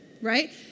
right